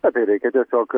na tai reikia tiesiog